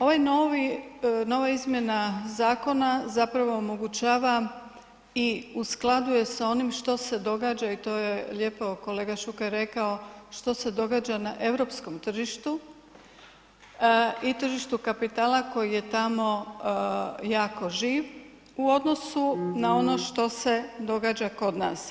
Ovaj novi, nova izmjena zakona zapravo omogućava i usklađuje sa onim što se događa i to je lijepo kolega Šuker rekao što se događa na europskom tržištu i tržištu kapitala koji je tamo jako živ u odnosu na ono što se događa kod nas.